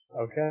Okay